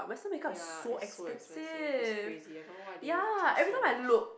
ya it's so expensive it's crazy I don't know why they charge so much